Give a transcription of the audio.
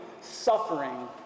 suffering